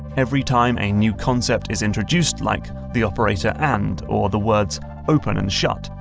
every time a new concept is introduced like the operator and or the words open and shut,